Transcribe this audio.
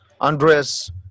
Andres